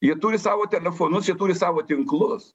jie turi savo telefonus jie turi savo tinklus